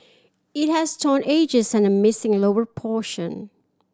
it has torn edges and a missing lower portion